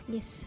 Yes